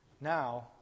Now